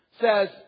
says